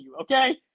okay